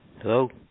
Hello